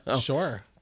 Sure